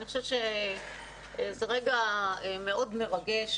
אני חושבת שזה רגע מאוד מרגש,